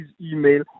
email